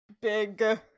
big